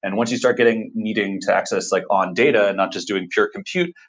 and once you start getting needing to access like on data, and not just doing pure compute.